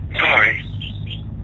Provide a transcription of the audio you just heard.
Sorry